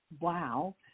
Wow